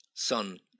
son